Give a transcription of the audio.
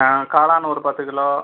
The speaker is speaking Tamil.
ஆ காளான் ஒரு பத்து கிலோ